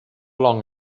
long